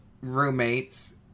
roommates